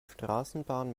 straßenbahn